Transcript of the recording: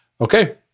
Okay